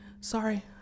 sorry